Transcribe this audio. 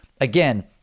again